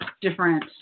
different